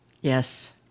yes